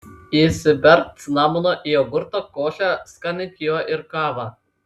įsiberk cinamono į jogurtą košę skanink juo ir kavą